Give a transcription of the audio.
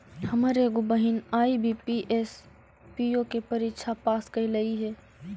हमर एगो बहिन आई.बी.पी.एस, पी.ओ के परीक्षा पास कयलइ हे